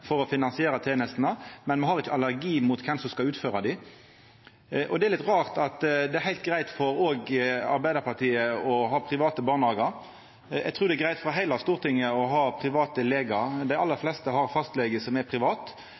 for å finansiera tenestene, men me har ikkje allergi mot dei som skal utføra dei. Det er litt rart at det er heilt greitt òg for Arbeidarpartiet å ha private barnehagar. Eg trur det er greitt for heile Stortinget å ha private legar – dei aller fleste har fastlegar som er